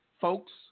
folks